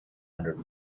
hundred